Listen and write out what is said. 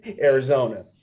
Arizona